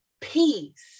peace